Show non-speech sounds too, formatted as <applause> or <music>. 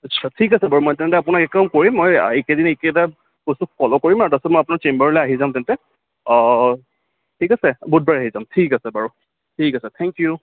আচ্ছা ঠিক আছে বাৰু মই তেন্তে আপোনাৰ <unintelligible> কৰিম মই এইকেইদিন এইকেইটা বস্তু ফল' কৰিম আৰু তাৰপাছত আপোনাৰ চেম্বাৰলৈ আহি যাম তেন্তে ঠিক আছে বুধবাৰে আহি যাম ঠিক আছে বাৰু ঠিক আছে থেংক ইউ